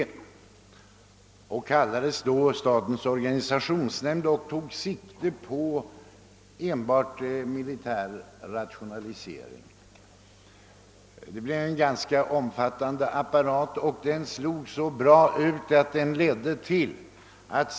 Vederbörande organ kallades statens organisationsnämnd, och den tog sikte enbart på militär rationalisering. Det blev en ganska omfattande apparat, som slog mycket bra ut.